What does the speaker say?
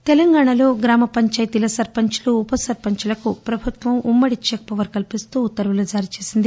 check power తెలంగాణలో గ్రామ పంచాయితీల సర్పంచ్లు ఉప సర్పంచ్లకు ప్రభుత్వం ఉమ్మడి చెక్పవర్ కల్పిస్తూ ఉత్తర్వులు జారీచేసింది